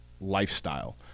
lifestyle